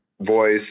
voice